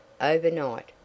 overnight